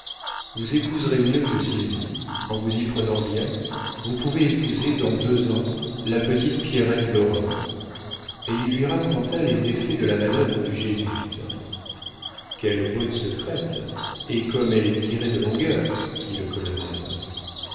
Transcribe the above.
vous épouserez mieux que sylvie en vous y prenant bien vous pouvez épouser dans deux ans la petite pierrette lorrain et il lui raconta les effets de la manœuvre du jésuite quelle botte secrète et comme elle est tirée de longueur dit le colonel